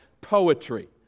poetry